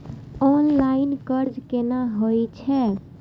Online कर्ज केना होई छै?